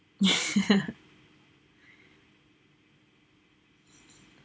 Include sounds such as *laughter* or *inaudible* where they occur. *laughs*